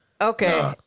Okay